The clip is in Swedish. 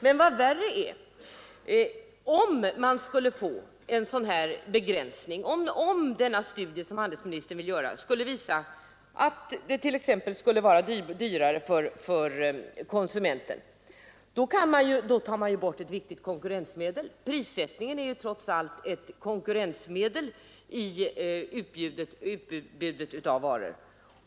Men vad värre är: Om man skulle få en sådan här begränsning, om den studie som handelsministern vill göra skulle visa att en stor variation skulle vara dyrare för konsumenten, då tar man bort ett viktigt konkurrensmedel. Prissättningen är trots allt ett konkurrensmedel i utbudet av varor.